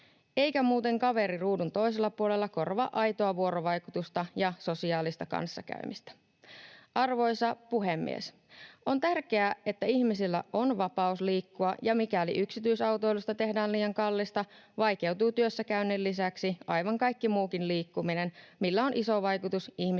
Eikä muuten kaveri ruudun toisella puolella korvaa aitoa vuorovaikutusta ja sosiaalista kanssakäymistä. Arvoisa puhemies! On tärkeää, että ihmisillä on vapaus liikkua, ja mikäli yksityisautoilusta tehdään liian kallista, vaikeutuu työssäkäynnin lisäksi aivan kaikki muukin liikkuminen, millä on iso vaikutus ihmisten